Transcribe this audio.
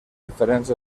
diferents